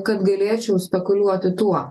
kad galėčiau spekuliuoti tuo